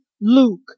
Luke